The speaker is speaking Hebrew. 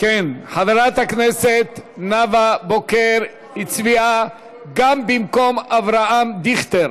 חברת הכנסת נאוה בוקר הצביעה גם במקום אבי דיכטר